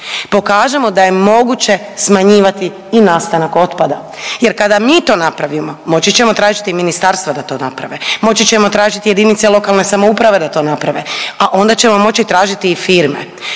pokažemo da je moguće smanjivati i nastanak otpada. Jer kada mi to napravimo moći ćemo tražiti i ministarstva da to naprave, moći ćemo tražiti jedinice lokalne samouprave da to naprave, a onda ćemo moći tražiti i firme.